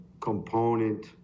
component